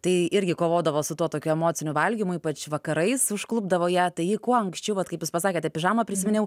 tai irgi kovodavo su tuo tokiu emociniu valgymu ypač vakarais užklupdavo tai ji kuo anksčiau vat kaip jūs pasakėte pižamą prisiminiau